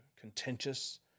contentious